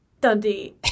Dundee